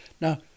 Now